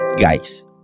guys